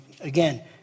again